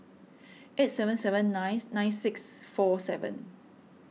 eight seven seven nine nine six four seven